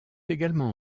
également